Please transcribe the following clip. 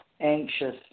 anxious